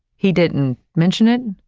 he didn't mention it,